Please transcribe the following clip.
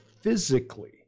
physically